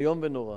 איום ונורא.